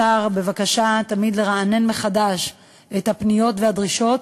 לשר בבקשה לרענן מחדש את הפניות והדרישות,